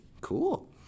cool